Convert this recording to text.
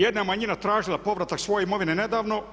Jedna je manjina tražila povratak svoje imovine nedavno.